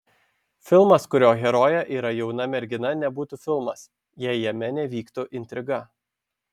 filmas kurio herojė yra jauna mergina nebūtų filmas jei jame nevyktų intriga